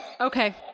Okay